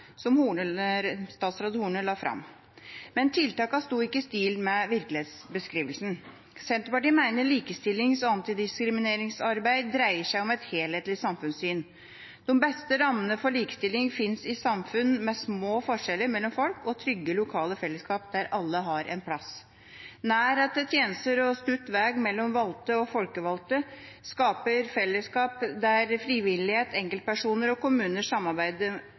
stil med virkelighetsbeskrivelsen. Senterpartiet mener at likestilling og antidiskrimineringsarbeid dreier seg om et helhetlig samfunnssyn. De beste rammene for likestilling finnes i samfunn med små forskjeller mellom folk og trygge, lokale fellesskap der alle har en plass. Nærhet til tjenester og stutt vei mellom valgte og folkevalgte skaper fellesskap der frivillighet, enkeltpersoner og kommuner samarbeider